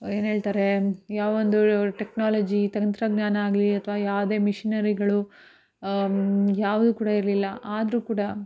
ಏನು ಹೇಳ್ತಾರೆ ಯಾವ ಒಂದು ಟೆಕ್ನಾಲಜಿ ತಂತ್ರಜ್ಞಾನ ಆಗಲಿ ಅಥವಾ ಯಾವುದೇ ಮಿಶಿನರಿಗಳು ಯಾವುದು ಕೂಡ ಇರಲಿಲ್ಲ ಆದ್ರೂ ಕೂಡ